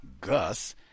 Gus